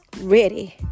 ready